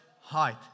height